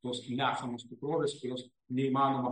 tos nesamos tikrovės kurios neįmanoma